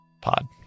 pod